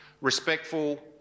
respectful